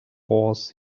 oars